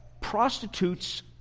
prostitutes